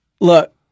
Look